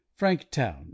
franktown